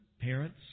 parents